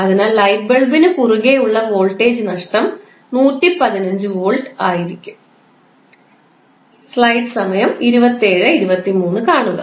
അതിനാൽ ലൈറ്റ് ബൾബിനു കുറുകെ ഉള്ള വോൾട്ടേജ് നഷ്ടം 115 വോൾട്ട് ആയിരിക്കും